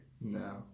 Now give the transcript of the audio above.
No